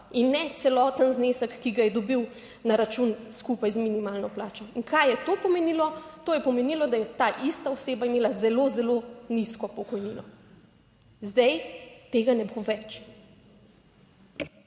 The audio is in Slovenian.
in ne celoten znesek, ki ga je dobil na račun skupaj z minimalno plačo. In kaj je to pomenilo? To je pomenilo, da je ta ista oseba imela zelo zelo nizko pokojnino. Zdaj tega ne bo več.